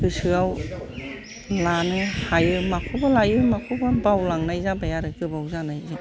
गोसोयाव लानो हायो माखौबा लायो माखौबा बावलांनाय जाबाय आरो गोबाव जानायजों